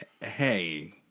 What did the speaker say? hey